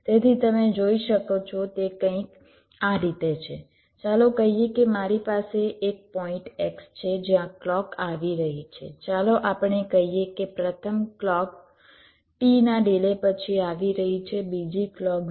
તેથી તમે જોઈ શકો છો તે કંઈક આ રીતે છે ચાલો કહીએ કે મારી પાસે એક પોઈંટ x છે જ્યાં ક્લૉક આવી રહી છે ચાલો આપણે કહીએ કે પ્રથમ ક્લૉક T ના ડિલે પછી આવી રહી છે બીજી ક્લૉક 0